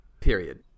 period